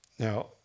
Now